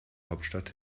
hauptstadt